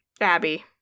Abby